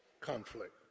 conflict